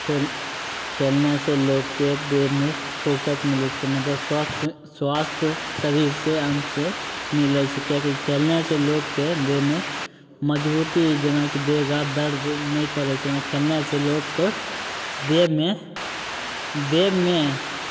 खेल खेलने सऽ लोकके देहमे फुरसत मिलै छै मतलब स्वस्थ स्वास्थ शरीर से से मिलै छै किएकि खेले से लोकके देहमे मजबूती जेनाकि देहके दर्द नहि करै छै जेना खेले से लोकके देहमे देहमे